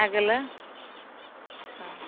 आगोलो अ